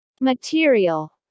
Material